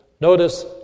Notice